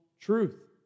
truth